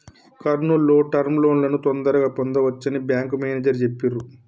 కర్నూల్ లో టర్మ్ లోన్లను తొందరగా పొందవచ్చని బ్యేంకు మేనేజరు చెప్పిర్రు